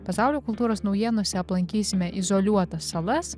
pasaulio kultūros naujienose aplankysime izoliuotas salas